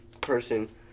person